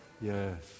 Yes